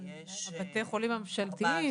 בתי חולים ממשלתיים?